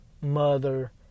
mother